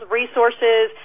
resources